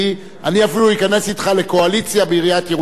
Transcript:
אני אפילו אכנס אתך לקואליציה בעיריית ירושלים.